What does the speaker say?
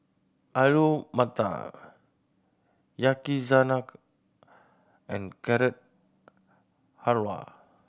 Alu Matar Yakizakana and Carrot Halwa